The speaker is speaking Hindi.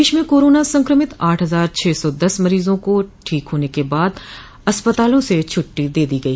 प्रदेश में कोरोना संक्रमित आठ हजार छह सौ दस मरीजों को ठीक होने के बाद अस्पतालों से छुट्टी दे दी गई